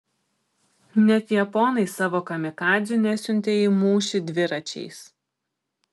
net japonai savo kamikadzių nesiuntė į mūšį dviračiais